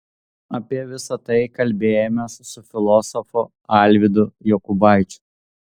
apie visa tai kalbėjomės su filosofu alvydu jokubaičiu